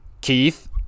Keith